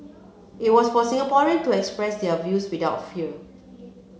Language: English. it was for Singaporean to express their views without fear